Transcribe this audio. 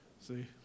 See